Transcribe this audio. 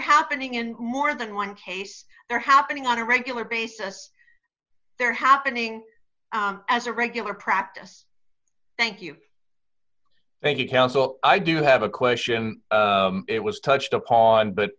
happening in more than one case they're happening on a regular basis they're happening as a regular practice thank you but he also i do have a question it was touched upon but